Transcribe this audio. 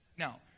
Now